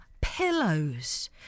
pillows